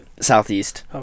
southeast